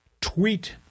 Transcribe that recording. tweet